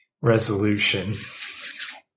resolution